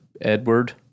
Edward